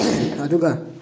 ꯑꯗꯨꯒ